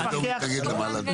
אז אתה אומר כמוני, את ה-40%.